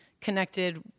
connected